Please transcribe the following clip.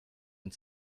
and